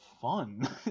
fun